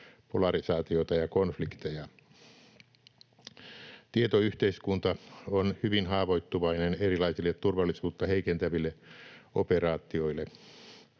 polarisaatiota ja konflikteja. Tietoyhteiskunta on hyvin haavoittuvainen erilaisille turvallisuutta heikentäville operaatioille.